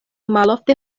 malofte